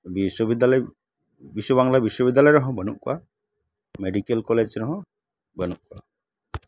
ᱵᱤᱥᱥᱚ ᱵᱤᱫᱷᱟᱞᱚᱭ ᱵᱤᱥᱥᱚ ᱵᱟᱝᱞᱟ ᱵᱤᱥᱥᱚ ᱵᱤᱫᱽᱫᱟᱞᱚᱭ ᱨᱮᱦᱚᱸ ᱵᱟᱹᱱᱩᱜ ᱠᱚᱣᱟ ᱢᱮᱰᱤᱠᱮᱞ ᱠᱚᱞᱮᱡᱽ ᱨᱮᱦᱚᱸ ᱵᱟᱹᱱᱩᱜ ᱠᱚᱣᱟ